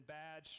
bad